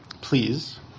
Please